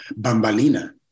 Bambalina